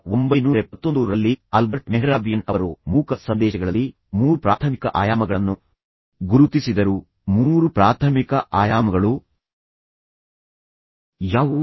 1971ರಲ್ಲಿ Albert Mehrabian ಅವರು ಮೂಕ ಸಂದೇಶಗಳಲ್ಲಿ ಮೂರು ಪ್ರಾಥಮಿಕ ಆಯಾಮಗಳನ್ನು ಗುರುತಿಸಿದರು ಮೂರು ಪ್ರಾಥಮಿಕ ಆಯಾಮಗಳು ಯಾವುವು